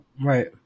right